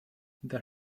there